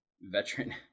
veteran